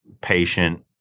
patient